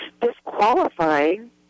disqualifying